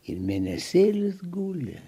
ir mėnesėlis guli